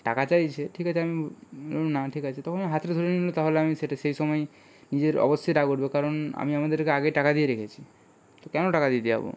টাকা চাইছে ঠিক আছে আমি না ঠিক আছে তখন ও হাতটা ধরে নিলো তাহলে আমি সেটা সেই সময় নিজের অবশ্যই রাগ উঠবে কারণ আমি আপনাদেরকে আগেই টাকা দিয়ে রেখেছি তো কেন টাকা দিতে যাব